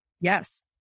Yes